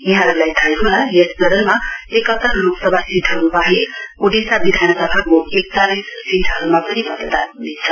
यहाँहरूलाई थाहै होला यस चरणमा एकात्तर लोकसभा सीटहरू बाहेक ओडिसा विधानसभाको एकचालिक सीटहरूमा पनि मतदान हुनेछ